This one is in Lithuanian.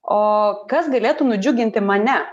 o kas galėtų nudžiuginti mane